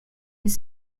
est